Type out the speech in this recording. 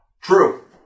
True